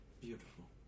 Beautiful